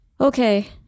Okay